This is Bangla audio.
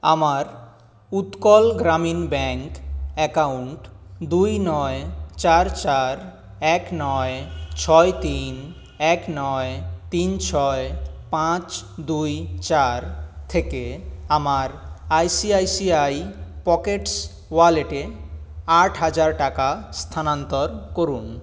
আমার উৎকল গ্রামীণ ব্যাঙ্ক অ্যাকাউন্ট দুই নয় চার চার এক নয় ছয় তিন এক নয় তিন ছয় পাঁচ দুই চার থেকে আমার আইসিআইসিআই পকেটস ওয়ালেটে আট হাজার টাকা স্থানান্তর করুন